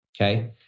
okay